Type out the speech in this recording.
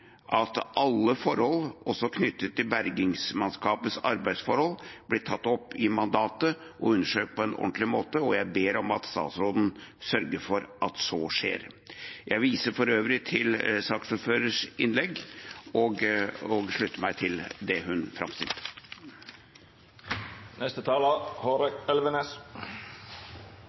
at alle forhold også knyttet til bergingsmannskapenes arbeidsforhold blir tatt opp i mandatet og undersøkt på en ordentlig måte. Jeg ber om at statsråden sørger for at så skjer. Jeg viser for øvrig til saksordførerens innlegg og slutter meg til det hun